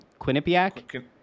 Quinnipiac